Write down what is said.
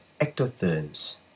ectotherms